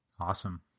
Awesome